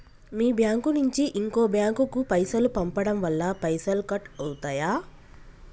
మీ bank నుంచి ఇంకో bank కు పైసలు పంపడం వల్ల పైసలు కట్ అవుతయా?